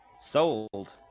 Sold